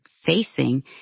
Facing